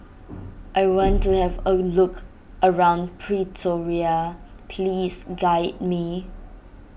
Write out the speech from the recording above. I want to have a look around Pretoria please guide me